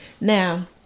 Now